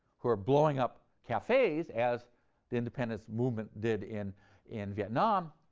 who are blowing up cafes, as the independence movement did in and vietnam,